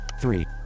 three